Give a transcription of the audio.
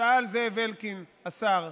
שאל זאב אלקין, השר.